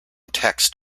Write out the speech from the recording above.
text